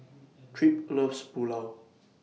Tripp loves Pulao